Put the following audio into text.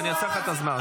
אני עוצר לך את הזמן.